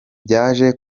byaje